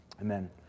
Amen